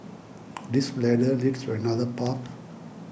this ladder leads to another path